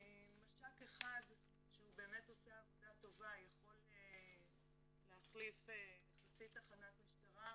מש"ק אחד שהוא באמת עושה עבודה טובה יכול להחליף חצי תחנת משטרה,